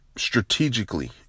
strategically